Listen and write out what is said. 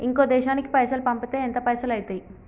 ఇంకో దేశానికి పైసల్ పంపితే ఎంత పైసలు అయితయి?